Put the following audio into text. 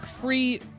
Free